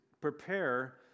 prepare